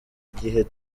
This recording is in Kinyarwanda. igihe